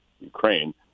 Ukraine